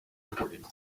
reported